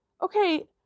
okay